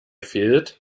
fehlt